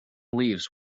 leaves